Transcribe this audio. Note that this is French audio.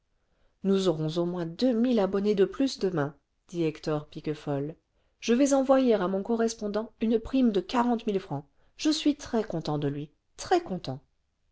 nous aurons au moins deux mille abonnés de plus demain dit hector piquefol je vais envoyer à mon correspondant une prime de quarante mille francs je suis très content de lui très content